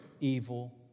evil